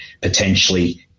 potentially